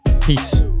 Peace